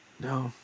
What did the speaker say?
No